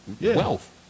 wealth